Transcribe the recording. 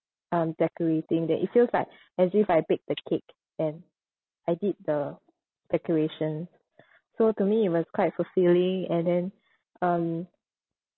um decorating that it feels like as if I baked the cake and I did the decoration so to me it was quite fulfilling and then um